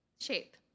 shape